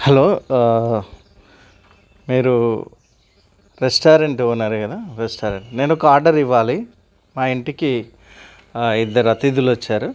hello మీరు restaurant ఓనరే కదా రెస్టారెంట్ నేను ఒక ఆర్డర్ ఇవ్వాలి మా ఇంటికి ఇద్దరు అతిధిలు వచ్చారు